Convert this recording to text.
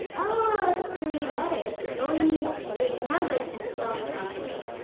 ah so three letters, but we need three numbers to solve the combination.